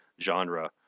genre